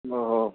ओहो